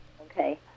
Okay